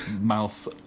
mouth